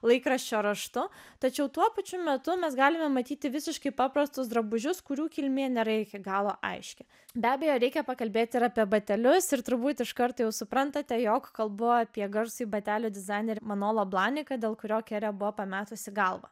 laikraščio raštu tačiau tuo pačiu metu mes galime matyti visiškai paprastus drabužius kurių kilmė nėra iki galo aiški be abejo reikia pakalbėti ir apie batelius ir turbūt iš karto jau suprantate jog kalbu apie garsųjį batelių dizainerį pametusi galvą